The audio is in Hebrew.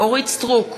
אורית סטרוק,